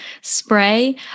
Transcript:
spray